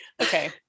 okay